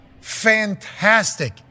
fantastic